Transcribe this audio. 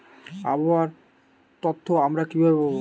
আবহাওয়ার তথ্য আমরা কিভাবে পাব?